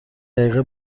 دقیقه